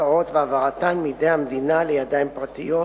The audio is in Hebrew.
הקרקעות והעברתן מידי המדינה לידיים פרטיות",